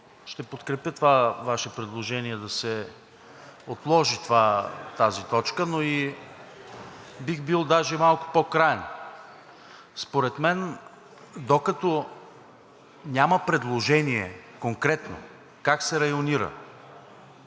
ще подкрепя това ваше предложение да се отложи тази точка, но и бих бил даже малко по-краен. Според мен, докато няма предложение конкретно как се районира,